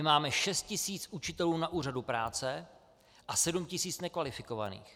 Máme šest tisíc učitelů na úřadu práce a sedm tisíc nekvalifikovaných.